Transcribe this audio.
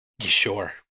Sure